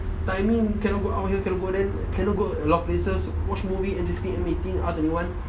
timing cannot go out here cannot go there cannot go a lot of places watch movies N_C sixteen M eighteen R twenty one